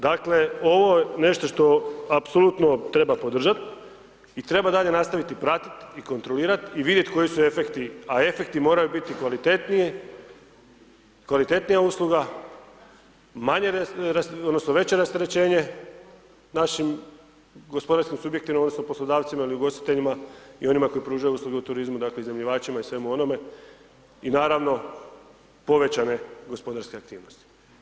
Dakle, ovo je nešto što apsolutno treba podržat, i treba dalje nastaviti pratit, i kontrolirat, i vidjet koji su efekti, a efekti moraju biti kvalitetniji, kvalitetnija usluga, manje odnosno veće rasterećenje našim gospodarskim subjektima odnosno poslodavcima ili ugostiteljima, i onima koji pružaju usluge u turizmu, dakle iznajmljivačima i svemu onome, i naravno povećane gospodarske aktivnosti.